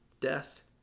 death